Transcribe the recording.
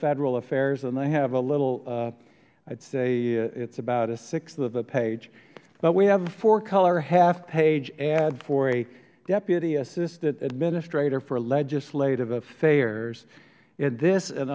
federal affairs and they have a little i'd say it's about a sixth of the page but we have a fourcolor halfpage ad for a deputy assistant administrator for legislative affairs in this and